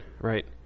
right